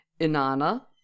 Inanna